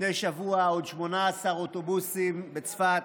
לפני שבוע, עוד 18 אוטובוסים בצפת,